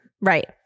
Right